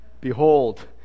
behold